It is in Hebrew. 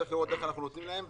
צריך לראות איך אנחנו נותנים להן.